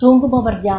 தூங்குபவர் யார்